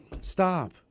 stop